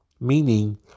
Meaning